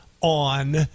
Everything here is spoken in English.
on